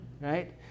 right